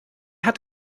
hat